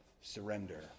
surrender